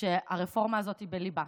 שהרפורמה הזאת היא בליבה.